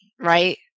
right